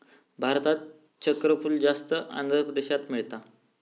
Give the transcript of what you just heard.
भारतात चक्रफूल जास्त आंध्र प्रदेशात मिळता